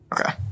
Okay